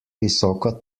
visoko